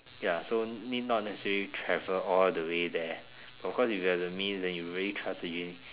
ya so need not necessary travel all the way there of course if you have the means you really trust again